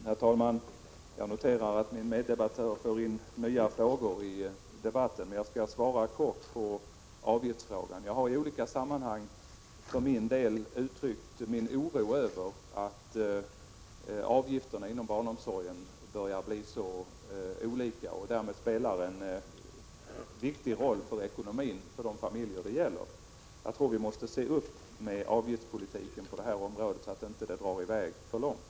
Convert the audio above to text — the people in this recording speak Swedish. Herr talman! Jag noterar att min meddebattör för in nya frågor i debatten. Jag skall svara kort på avgiftsfrågan. Jag har i olika sammanhang uttryckt min oro över att avgifterna inom barnomsorgen börjar bli så olika. Därmed spelar de en viktig roll för ekonomin för de familjer det gäller. Jag tror att vi måste se upp med avgiftspolitiken på detta område så att det inte drar i väg för långt.